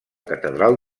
catedral